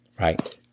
Right